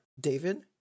David